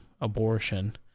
abortion